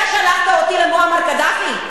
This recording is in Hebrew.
אתה שלחת אותי למועמר קדאפי?